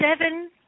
seven